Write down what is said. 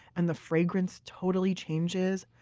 and the fragrance totally changes,